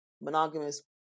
monogamous